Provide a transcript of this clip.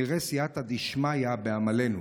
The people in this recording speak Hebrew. נראה סייעתא דשמיא בעמלנו.